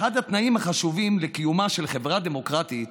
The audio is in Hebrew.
אחד התנאים החשובים לקיומה של חברה דמוקרטית